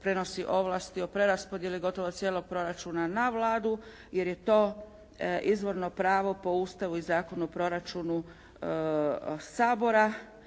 prenosi ovlasti o preraspodjeli gotovo cijelog proračuna na Vladu jer je to izvorno pravo po Ustavu i Zakonu o proračunu Sabora,